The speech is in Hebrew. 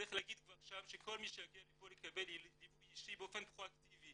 צריך להגיד כבר שם שכל מי שיגיע לפה יקבל ליווי אישי באופן פרו אקטיבי